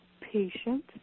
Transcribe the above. patient